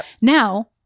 Now